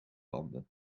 landen